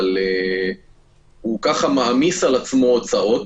אבל כך הוא מעמיס על עצמו הוצאות